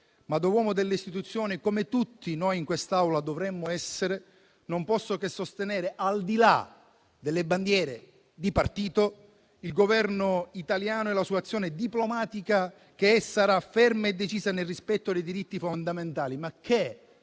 ma da uomo delle istituzioni - come tutti noi in quest'Aula dovremmo essere - non posso che sostenere, al di là delle bandiere di partito, il Governo italiano e la sua azione diplomatica, che sarà ferma e decisa nel rispetto dei diritti fondamentali,